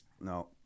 No